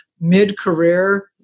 mid-career